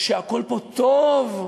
שהכול פה טוב,